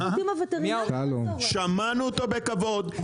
שמענו אותו בכבוד,